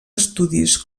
estudis